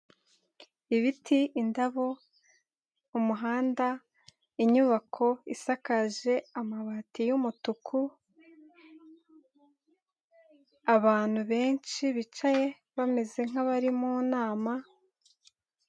Ibiti, indabo, umuhanda, inyubako isakaje amabati y'umutuku, abantu benshi bicaye bameze nk'abari mu nama.